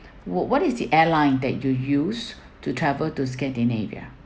what what is the airline that you use to travel to scandinavia